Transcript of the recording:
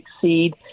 succeed